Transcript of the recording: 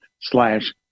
slash